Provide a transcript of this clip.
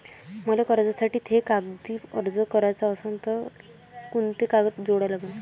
मले कर्जासाठी थे कागदी अर्ज कराचा असन तर कुंते कागद जोडा लागन?